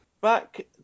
Back